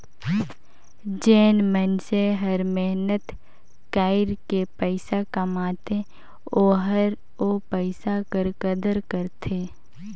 जेन मइनसे हर मेहनत कइर के पइसा कमाथे ओहर ओ पइसा कर कदर करथे